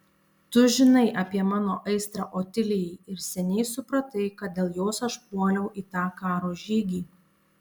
tu žinai apie mano aistrą otilijai ir seniai supratai kad dėl jos aš puoliau į tą karo žygį